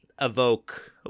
evoke